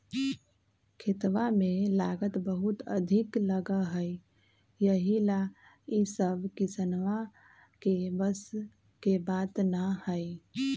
खेतवा में लागत बहुत अधिक लगा हई यही ला ई सब किसनवन के बस के बात ना हई